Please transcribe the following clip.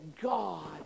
God